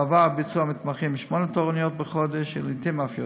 בעבר ביצעו המתמחים שמונה תורנויות בחודש ולעתים אף יותר,